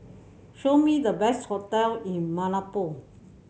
show me the best hotel in Malabo